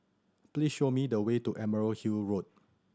please show me the way to Emerald Hill Road